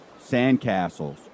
Sandcastles